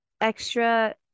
extra